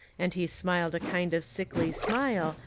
and he smiled a kind of sickly smile,